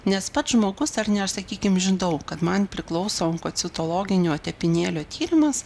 nes pats žmogus ar ne aš sakykim žinau kad man priklauso onkocitologinio tepinėlio tyrimas